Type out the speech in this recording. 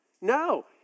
No